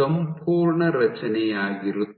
ಸಂಪೂರ್ಣ ರಚನೆಯಾಗಿರುತ್ತದೆ